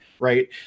right